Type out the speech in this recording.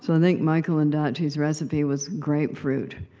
so think michael ondaatje's recipe was grapefruit.